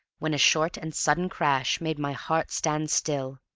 when a short and sudden crash made my heart stand still.